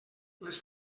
les